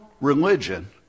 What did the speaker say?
religion